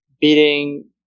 beating